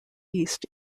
east